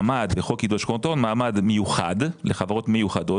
בחוק עידוד השקעות הון יש מעמד מיוחד לחברות מיוחדות